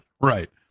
Right